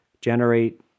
generate